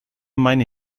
meine